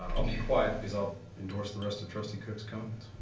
i'll be quiet because i'll endorse the rest of trustee cook's comments.